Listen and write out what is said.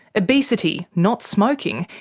obesity, not smoking,